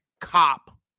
cop